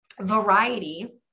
variety